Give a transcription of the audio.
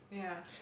ya